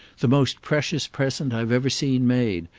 the most precious present i've ever seen made,